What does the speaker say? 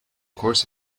course